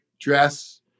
dress